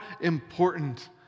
important